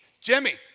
Jimmy